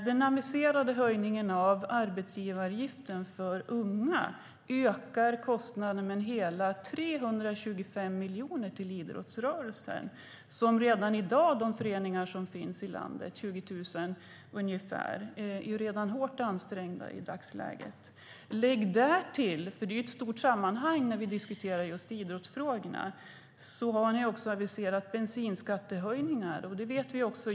Den aviserade höjningen av arbetsgivaravgiften för unga ökar kostnaden med hela 325 miljoner för idrottsrörelsen, och redan i dag är de ungefär 20 000 föreningar som finns i landet hårt ansträngda. Lägg därtill - för det är ett stort sammanhang när vi diskuterar just idrottsfrågorna - att ni har aviserat bensinskattehöjningar.